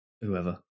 whoever